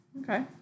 Okay